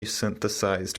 synthesized